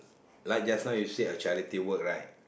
like just now you say a charity work right